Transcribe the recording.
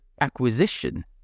acquisition